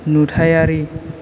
नुथायारि